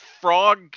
frog